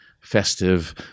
festive